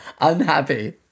Unhappy